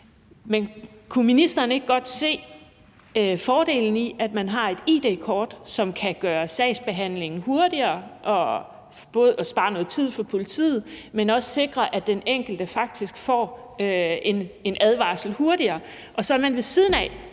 Men kan ministeren ikke godt se fordelen i, at man har et id-kort, som kan gøre sagsbehandlingen hurtigere og spare noget tid for politiet, men også sikre, at den enkelte faktisk hurtigere